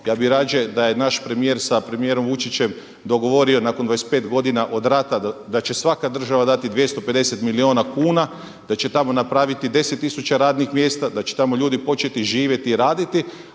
Ja bih rađe da je naš premijer sa premijerom Vučićem dogovorio nakon 25 godina od rata da će svaka država dati 250 milijuna kuna, da će tamo napraviti 10000 radnih mjesta, da će tamo ljudi početi živjeti i raditi,